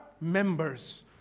members